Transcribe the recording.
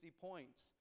points